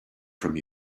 from